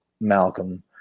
Malcolm